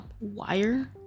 wire